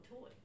toy